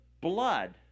blood